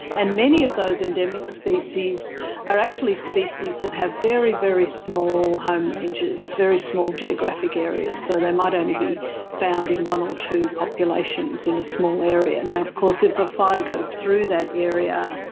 and many of those endemic species are actually species that have very, very small home ranges, very small geographic areas. so they might only be found in one or two populations in a small area. now, of course, if a fire goes through that area,